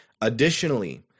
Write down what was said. Additionally